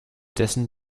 dessen